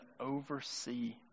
oversee